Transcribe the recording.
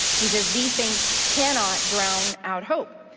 he says these things cannot drown out hope.